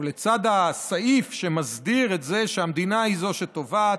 ולצד הסעיף שמסדיר את זה שהמדינה היא זו שתובעת,